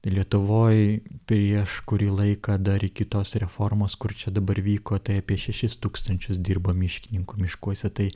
lietuvoj prieš kurį laiką dar iki tos reformos kur čia dabar vyko tai apie šešis tūkstančius dirba miškininkų miškuose tai